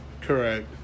Correct